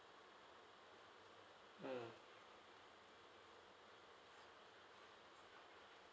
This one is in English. mm